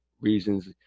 reasons